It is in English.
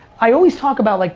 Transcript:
i always talk about, like